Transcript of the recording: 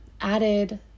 added